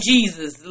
Jesus